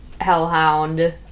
hellhound